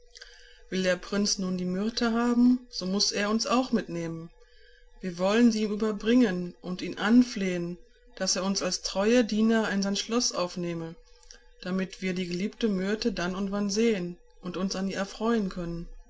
will der prinz nun die myrte haben so muß er uns auch mitnehmen wir wollen sie ihm überbringen und ihn anflehen daß er uns als treue diener in sein schloß aufnehme damit wir die geliebte myrte dann und wann sehen und uns an ihr erfreuen können